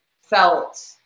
felt